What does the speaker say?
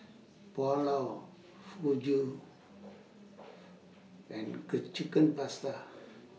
Pulao Fugu and Chicken Pasta